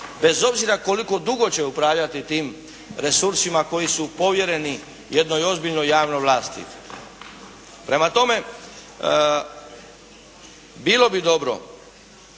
bez obzira koliko dugo će upravljati tim resursima koji su povjereni jednoj ozbiljnoj javnoj vlasti. Prema tome bilo bi dobro,